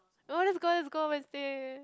oh let's go let's go on Wednesday